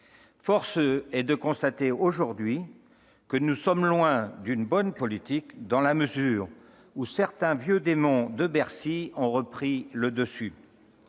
Force est de constater aujourd'hui que nous sommes loin d'une bonne politique, dans la mesure où certains vieux démons de Bercy ont repris le dessus.